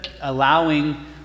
allowing